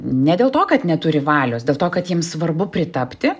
ne dėl to kad neturi valios dėl to kad jiems svarbu pritapti